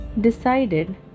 decided